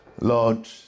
Lord